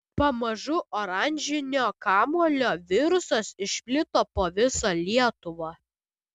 pamažu oranžinio kamuolio virusas išplito po visą lietuvą